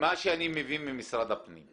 מה שאני מבין ממשרד הפנים זה